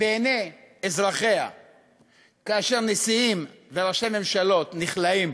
בעיני אזרחיה כאשר נשיאים וראשי ממשלות נכלאים.